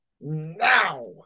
now